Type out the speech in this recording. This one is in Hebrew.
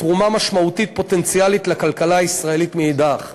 גיסא ויש בה תרומה משמעותית פוטנציאלית לכלכלה הישראלית מאידך גיסא.